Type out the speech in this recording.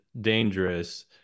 dangerous